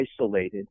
isolated